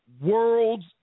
worlds